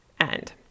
end